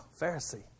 Pharisee